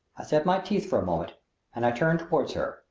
i set my teeth for a moment and i turned toward her,